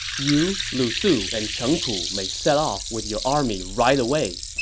you, lu su, and cheng pu may set off with your army right away.